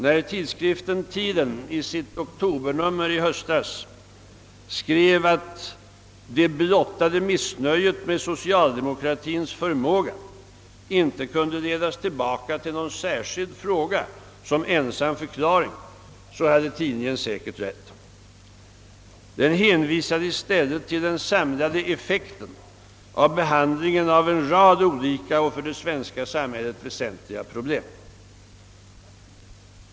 När tidskriften Tiden i sitt oktobernummer förra året skrev att det blottade missnöjet med socialdemokratiens förmåga inte kunde ledas tillbaka till någon särskild fråga som ensam förklaring, hade tidningen säkert rätt. Den hänvisade i stället till den samlade effekten av behandlingen av en rad olika och för det svenska samhället väsentliga problem.